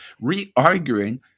re-arguing